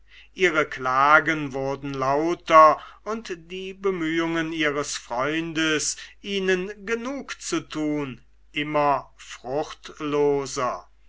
ihre klagen wurden lauter und die bemühungen ihres freundes ihnen genugzutun immer